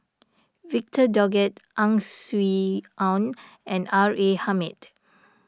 Victor Doggett Ang Swee Aun and R A Hamid